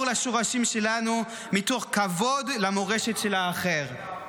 לשורשים שלנו מתוך כבוד למורשת של האחר,